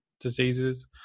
diseases